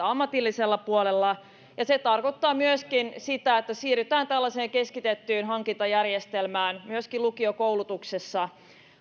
ammatillisella puolella ja se tarkoittaa myöskin sitä että siirrytään tällaiseen keskitettyyn hankintajärjestelmään myöskin lukiokoulutuksessa